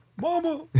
Mama